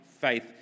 faith